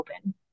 open